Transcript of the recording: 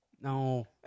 No